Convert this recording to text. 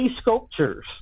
sculptures